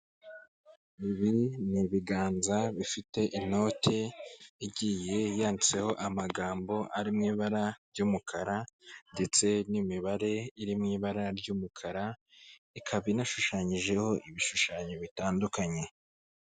Ibi ni ibiganza bifite inoti igiye yanditseho amagambo ari mu ibara ry'umukara ndetse n'imibare iri mu ibara ry'umukara, ikaba inashushanyijeho ibishushanyo bitandukanye.